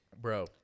bro